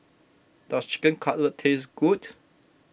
does Chicken Cutlet taste good